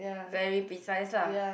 very precise lah